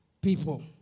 people